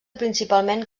principalment